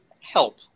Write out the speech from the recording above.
help